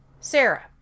sarah